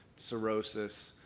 cirrhosis.